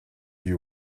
you